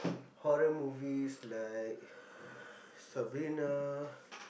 horror movies like Sabrina